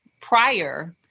prior